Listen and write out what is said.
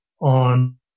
on